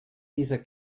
dieser